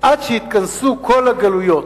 עד שיתכנסו כל הגלויות,